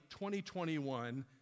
2021